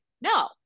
No